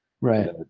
Right